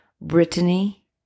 Brittany